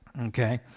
okay